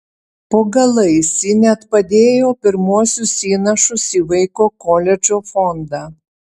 po galais ji net padėjo pirmuosius įnašus į vaiko koledžo fondą